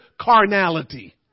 carnality